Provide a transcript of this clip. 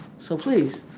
so, please,